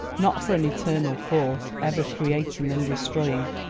not for an eternal force, ever creating and destroying.